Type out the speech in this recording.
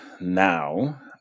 now